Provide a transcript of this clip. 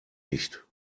nicht